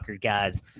guys